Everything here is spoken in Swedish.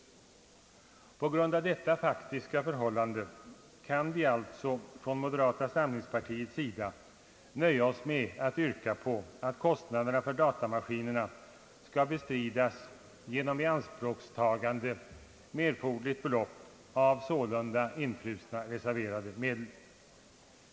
På grund av detta faktiska förhållande kan vi alltså från moderata samlingspartiets sida nöja oss med att yrka på att kostnaderna för datamaskinerna skall bestridas genom ianspråktagande med erforderligt belopp av sålunda infrusna reserverade medel.